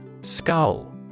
Skull